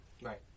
right